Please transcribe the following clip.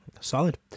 solid